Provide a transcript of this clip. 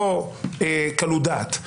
לא קלות דעת,